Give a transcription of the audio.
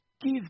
Give